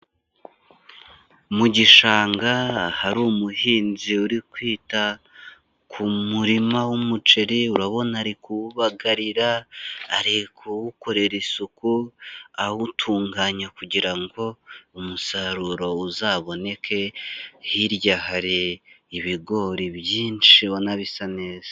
Mu gishanga, hari umuhinzi uri kwita, ku murima w'umuceri, urabona arikubagarira, arikuwukorera isuku, awutunganya kugira ngo umusaruro uzaboneke, hirya hari ibigori byinshi ubona bisa neza.